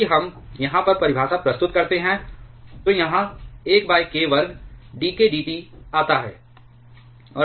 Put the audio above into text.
यदि हम यहाँ पर परिभाषा प्रस्तुत करते हैं तो यहाँ 1 k वर्ग d k dT आता है